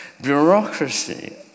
Bureaucracy